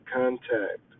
contact